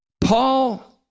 Paul